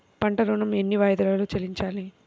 పంట ఋణం ఎన్ని వాయిదాలలో చెల్లించాలి?